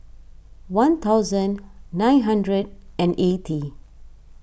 one thousand nine hundred and eighty